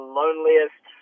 loneliest